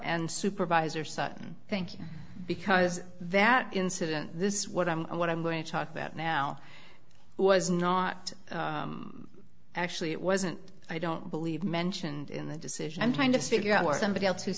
and supervisor sutton thank you because that incident this what i'm what i'm going to talk that now was not actually it wasn't i don't believe mentioned in the decision i'm trying to figure out where somebody else